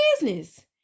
business